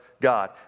God